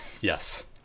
Yes